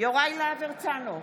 יוראי להב הרצנו,